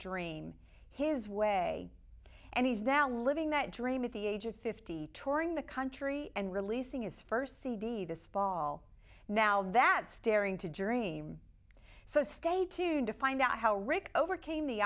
dream his way and he's now living that dream at the age of fifty touring the country and releasing his first cd this fall now that staring to dream so stay tuned to find out how rick overcame the